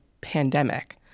pandemic